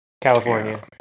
California